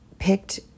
picked